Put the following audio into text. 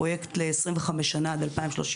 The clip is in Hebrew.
פרויקט ל-25 שנים עד 2035,